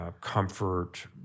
Comfort